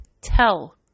Tell